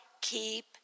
keep